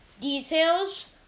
details